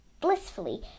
blissfully